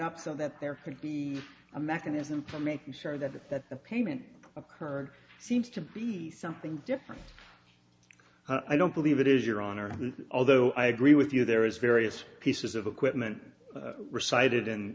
up so that there could be a mechanism for making sure that that payment occurred seems to be something different i don't believe it is your honor although i agree with you there is various pieces of equipment recited i